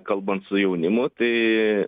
kalbant su jaunimu tai